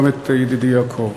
גם את ידידי יעקב.